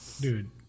Dude